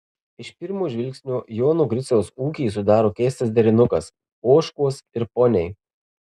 iš pirmo žvilgsnio jono griciaus ūkį sudaro keistas derinukas ožkos ir poniai